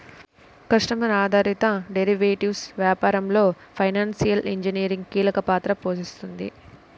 customer ఆధారిత derivatives వ్యాపారంలో financial engineering కీలక పాత్ర పోషిస్తుంది